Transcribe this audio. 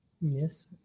Yes